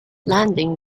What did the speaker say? landing